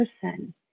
person